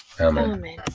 Amen